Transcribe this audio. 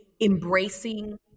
embracing